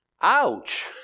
ouch